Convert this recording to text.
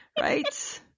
right